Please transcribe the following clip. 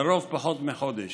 לרוב פחות מחודש